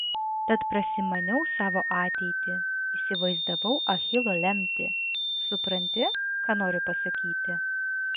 tad prasimaniau savo ateitį įsivaizdavau achilo lemtį supranti ką noriu pasakyti